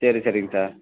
சரி சரிங்க சார்